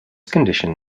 condition